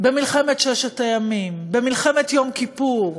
במלחמת ששת הימים, במלחמת יום כיפור.